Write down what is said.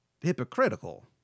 hypocritical